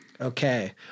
Okay